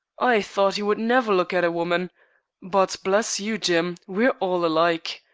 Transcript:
i thought he would never look at a woman but, bless you, jim, we're all alike.